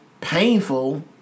painful